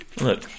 look